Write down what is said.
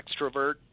extrovert